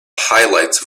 highlights